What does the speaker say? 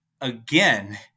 again